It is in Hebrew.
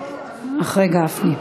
אחרי גפני.